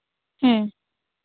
ᱦᱩᱸ